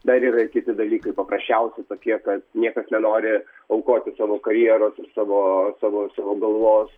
dar yra ir kiti dalykai paprasčiausi tokie kad niekas nenori aukoti savo karjeros ir savo savo savo galvos